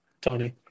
Tony